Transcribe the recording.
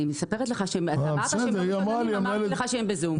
אתה אמרת שהם לא מתלוננים אמרתי לך שהם בזום.